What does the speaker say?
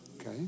Okay